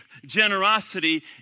generosity